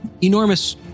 enormous